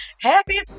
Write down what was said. Happy